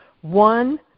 one